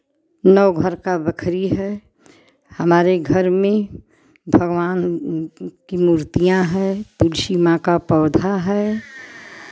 नौ घर का बखरी है हमारे घर में भगवान की मूर्तियाँ हैं तुलसी माँ का पौधा है